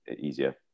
easier